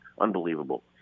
Unbelievable